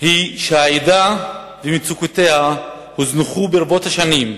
היא שהעדה ומצוקותיה הוזנחו ברבות השנים,